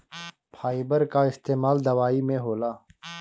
fibre कअ इस्तेमाल दवाई में होला